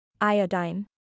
Iodine